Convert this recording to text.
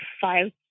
five